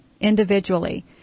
individually